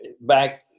back